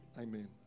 Amen